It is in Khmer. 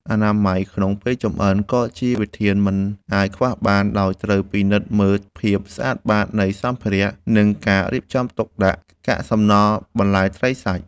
អនាម័យក្នុងពេលចម្អិន ក៏ជាវិធានមិនអាចខ្វះបាន ដោយត្រូវពិនិត្យមើលភាពស្អាតបាតនៃសម្ភារៈ និងការរៀបចំទុកដាក់កាកសំណល់បន្លែត្រីសាច់។